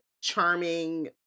charming